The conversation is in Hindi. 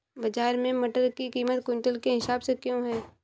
बाजार में मटर की कीमत क्विंटल के हिसाब से क्यो है?